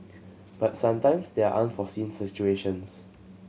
but sometimes there are unforeseen situations